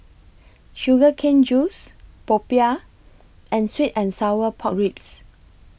Sugar Cane Juice Popiah and Sweet and Sour Pork Ribs